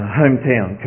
hometown